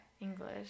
English